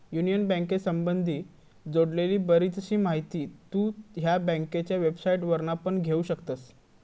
union बँकेसंबधी जोडलेली बरीचशी माहिती तु ह्या बँकेच्या वेबसाईटवरना पण घेउ शकतस